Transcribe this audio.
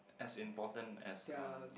as important as um